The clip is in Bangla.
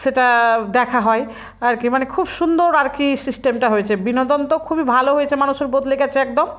সেটা দেখা হয় আর কি মানে খুব সুন্দর আর কি সিস্টেমটা হয়েছে বিনোদন তো খুবই ভালো হয়েছে মানুষের বদলে গেছে একদম